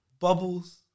Bubbles